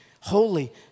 holy